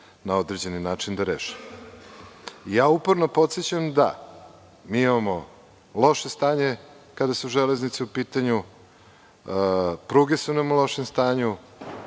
na određeni način da reše. Uporno podsećam da mi imamo loše stanje kada su železnice u pitanju, pruge su nam u lošem stanju,